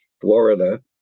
Florida